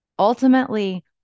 Ultimately